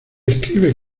escribe